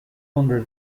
under